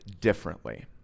differently